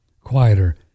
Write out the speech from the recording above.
quieter